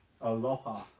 Aloha